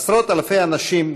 עשרות אלפי אנשים,